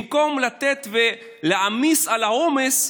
במקום להעמיס על העומס,